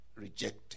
rejected